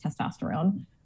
testosterone